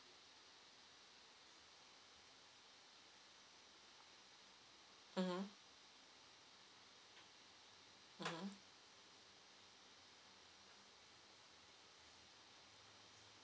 mmhmm mmhmm